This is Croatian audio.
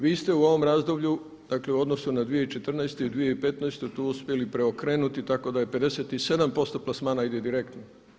Vi ste u ovom razdoblju, dakle u odnosu na 2014. i 2015. tu uspjeli preokrenuti tako da i 57% plasmana ide direktno.